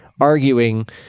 arguing